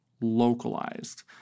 localized